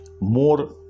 more